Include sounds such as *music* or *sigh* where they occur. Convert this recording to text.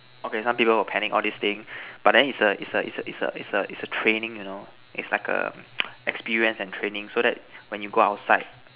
okay some people will panic all this thing but then is a is a is a is a is a training you know it's like a *noise* experience and training so that when you go outside